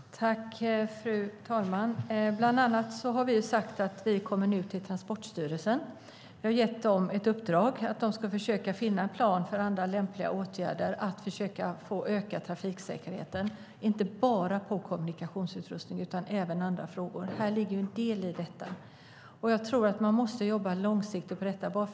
Fru talman! Vi har bland annat sagt att vi nu kommer att vända oss till Transportstyrelsen. Vi har gett den ett uppdrag att finna en plan för andra lämpliga åtgärder för att öka trafiksäkerheten. Det gäller inte bara kommunikationsutrustning utan även andra frågor. Här ligger en del i detta. Jag tror att man måste jobba långsiktigt.